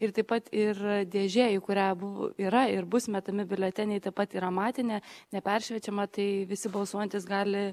ir taip pat ir dėžė į kurią yra ir bus metami biuleteniai taip pat yra matinė neperšviečiama tai visi balsuojantys gali